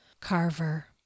Carver